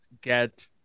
get